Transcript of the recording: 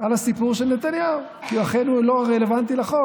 על הסיפור של נתניהו כי אכן הוא לא רלוונטי לחוק.